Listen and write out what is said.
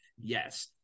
Yes